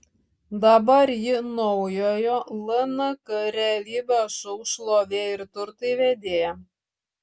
dabar ji naujojo lnk realybės šou šlovė ir turtai vedėja